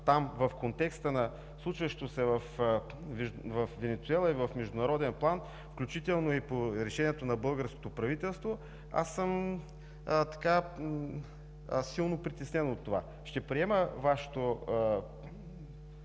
там в контекста на случващото се във Венецуела и в международен план, включително и по решението на българското правителство, аз съм силно притеснен от това. Ще приема Вашето